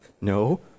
No